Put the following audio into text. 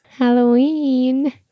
Halloween